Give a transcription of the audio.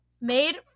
made